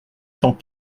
cent